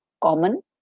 common